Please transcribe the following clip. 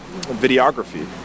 videography